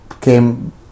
came